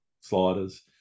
sliders